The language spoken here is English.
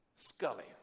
Scully